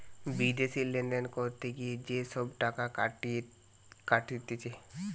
বিদেশি লেনদেন করতে গিয়ে যে সব টাকা কাটতিছে